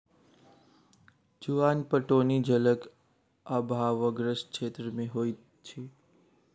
चुआन पटौनी जलक आभावग्रस्त क्षेत्र मे होइत अछि